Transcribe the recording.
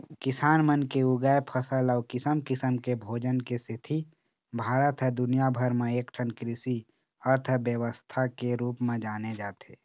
किसान मन के उगाए फसल अउ किसम किसम के भोजन के सेती भारत ह दुनिया भर म एकठन कृषि अर्थबेवस्था के रूप म जाने जाथे